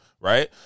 right